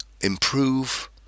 IMPROVE